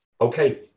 Okay